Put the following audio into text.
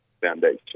foundation